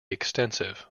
extensive